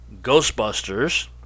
Ghostbusters